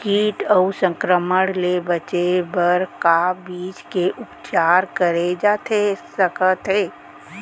किट अऊ संक्रमण ले बचे बर का बीज के उपचार करे जाथे सकत हे?